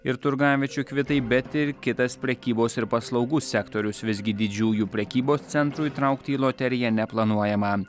ir turgaviečių kvitai bet ir kitas prekybos ir paslaugų sektorius visgi didžiųjų prekybos centrų įtraukti į loteriją neplanuojama